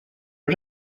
att